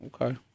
Okay